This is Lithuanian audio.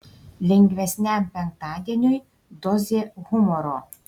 lengvesniam penktadieniui dozė humoro